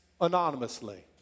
anonymously